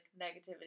negativity